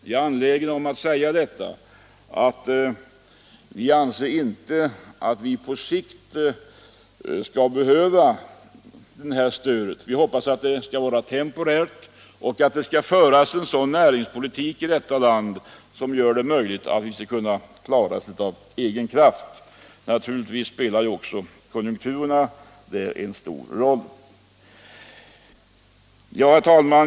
Jag är angelägen om att säga detta därför att vi anser att vi på sikt inte skall behöva det här stödet. Vi hoppas att det skall vara temporärt och att det skall föras en näringspolitik i detta land som skall göra det möjligt för oss att klara driften av egen kraft. Konjunkturerna spelar naturligtvis också en stor roll. Herr talman!